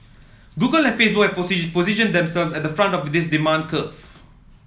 Google and Facebook have position positioned themselves at the front of this demand curve